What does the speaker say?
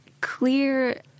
clear